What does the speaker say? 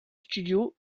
studio